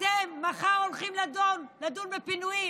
ואתם מחר הולכים לדון בפינויים